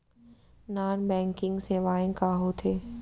non banking सेवाएं का होथे